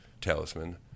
Talisman